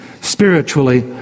spiritually